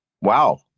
wow